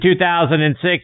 2006